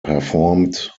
performed